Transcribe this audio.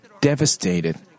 devastated